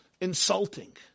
insulting